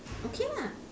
okay lah